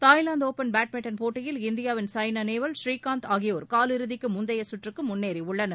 Thailand Open badminton போட்டியில் இந்தியாவின் சாய்னா நேவால் புரீகாந்த் ஆகியோர் காலிறுதிக்கு முந்தைய சுற்றுக்கு முன்னேறியுள்ளனர்